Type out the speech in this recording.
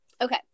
okay